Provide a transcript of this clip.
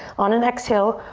on an exhale,